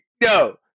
No